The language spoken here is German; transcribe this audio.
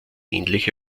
ähnliche